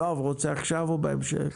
יואב, בבקשה.